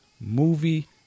movie